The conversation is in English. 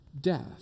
death